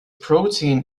protein